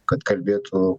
kad kalbėtų